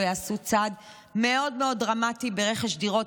ייעשה צעד מאוד מאוד דרמטי ברכש דירות.